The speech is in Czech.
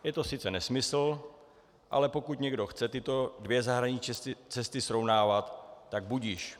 Je to sice nesmysl, ale pokud někdo chce tyto dvě zahraniční cesty srovnávat, tak budiž.